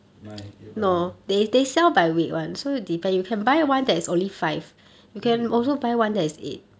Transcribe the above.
nine eight banana oh